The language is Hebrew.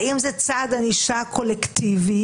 האם זה צעד ענישה קולקטיבי?